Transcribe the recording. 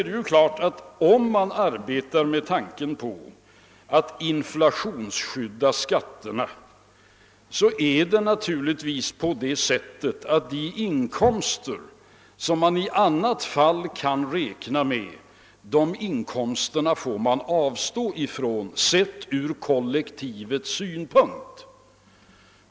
| Det är klart att om man arbetar med tanken på att inflationsskydda skatterna, så är det på det sättet att de inkomster som man i ett fall kan räkna med får man avstå från, sett från kollektivets synpunkt.